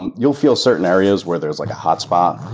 and you'll feel certain areas where there's like a hotspot.